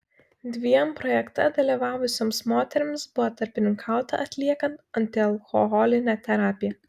dviem projekte dalyvavusioms moterims buvo tarpininkauta atliekant antialkoholinę terapiją